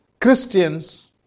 Christians